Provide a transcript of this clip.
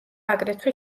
აგრეთვე